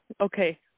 Okay